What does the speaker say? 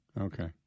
Okay